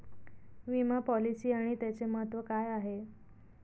विमा पॉलिसी आणि त्याचे महत्व काय आहे?